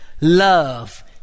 love